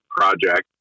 project